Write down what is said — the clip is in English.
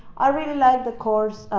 i really like the course